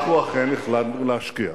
אחרי שקיצצת.